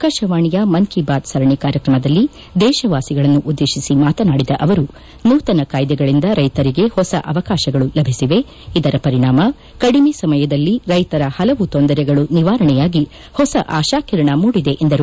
ಆಕಾಶವಾಣಿಯ ಮನ್ ಕಿ ಬಾತ್ ಸರಣಿ ಕಾರ್ಯಕ್ರಮದಲ್ಲಿ ದೇಶವಾಸಿಗಳನ್ನು ಉದ್ದೇಶಿಸಿ ಮಾತನಾಡಿದ ಅವರು ನೂತನ ಕಾಯ್ದೆಗಳಿಂದ ರೈತರಿಗೆ ಹೊಸ ಅವಕಾಶಗಳು ಲಭಿಸಿವೆ ಇದರ ಪರಿಣಾಮ ಕಡಿಮೆ ಸಮಯದಲ್ಲಿ ರೈತರ ಹಲವು ತೊಂದರೆಗಳು ನಿವಾರಣೆಯಾಗಿ ಹೊಸ ಆಶಾ ಕಿರಣ ಮೂಡಿದೆ ಎಂದರು